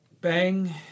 Bang